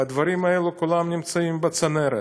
והדברים האלה כולם נמצאים בצנרת.